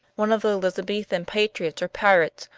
one of the elizabethan patriots or pirates,